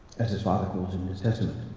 as his father calls him in his testament.